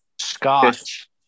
Scotch